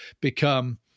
become